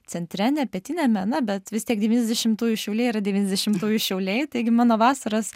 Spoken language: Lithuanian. centre ne pietiniame na bet vis tiek devyniasdešimtųjų šiauliai yra devyniasdešimtųjų šiauliai taigi mano vasaros